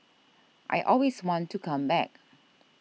I always want to come back